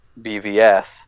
BVS